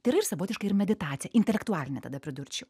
tai yra ir savotiška ir meditacija intelektualinė tada pridurčiau